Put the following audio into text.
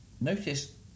Notice